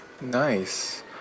Nice